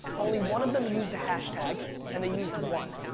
only one of them used a hashtag and they used one.